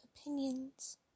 opinions